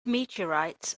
meteorites